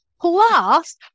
Plus